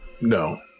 no